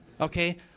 Okay